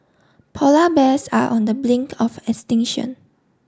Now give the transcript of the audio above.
polar bears are on the blink of extinction